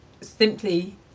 simply